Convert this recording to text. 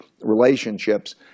relationships